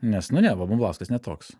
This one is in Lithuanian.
nes nu ne va bumblauskas ne toks